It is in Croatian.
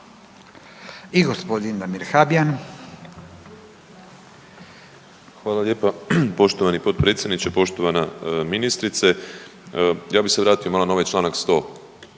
**Habijan, Damir (HDZ)** Hvala lijepa poštovani potpredsjedniče, poštovana ministrice. Ja bi se vratio malo na ovaj čl. 100.